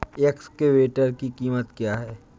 Excavator की कीमत क्या है?